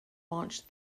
launch